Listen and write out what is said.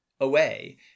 away